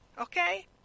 Okay